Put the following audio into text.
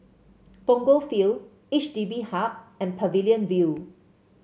Punggol Field H D B Hub and Pavilion View